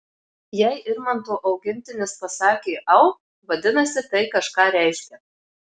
jei irmanto augintinis pasakė au vadinasi tai kažką reiškia